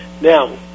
now